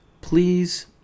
please